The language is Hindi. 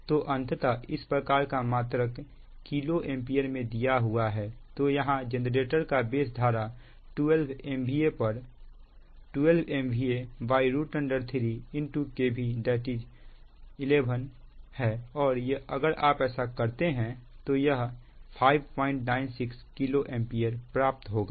तो अंततः इस प्रकार का मात्रक किलो एंपियर में दिया हुआ है तो यहां जेनरेटर का बेस धारा 12 MVA पर 12 MVA3KV that is 11 है और अगर आप ऐसा करते हैं तो यह 596 KA प्राप्त होगा